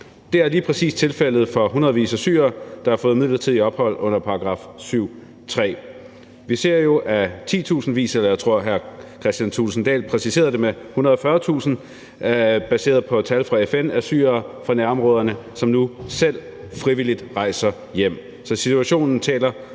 Det er lige præcis tilfældet for hundredvis af syrere, der har fået midlertidigt ophold under § 7, stk. 3. Vi ser jo, at titusindvis – jeg tror, hr. Kristian Thulesen Dahl præciserede det med 140.000 baseret på tal fra FN – af syrere fra nærområderne nu selv frivilligt rejser hjem. Så situationen taler